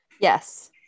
yes